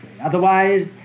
Otherwise